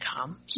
come